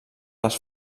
les